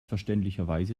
verständlicherweise